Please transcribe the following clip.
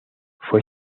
fue